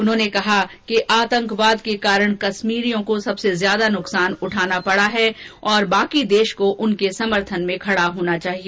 उन्होंने कहा कि आतंकवाद के कारण कश्मीरियों को सबसे ज्यादा नुकसान उठाना पड़ा है और बाकी देश को उनके समर्थन में खड़ा होना चाहिए